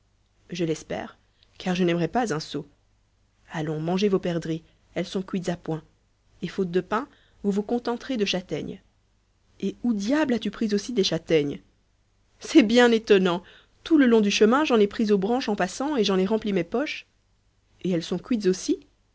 je l'espère car je n'aimerais pas un sot allons mangez vos perdrix elles sont cuites à point et faute de pain vous vous contenterez de châtaignes et où diable as-tu pris aussi des châtaignes c'est bien étonnant tout le long du chemin j'en ai pris aux branches en passant et j'en ai rempli mes poches et elles sont cuites aussi